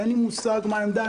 אין לי מושג מה העמדה.